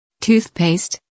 Toothpaste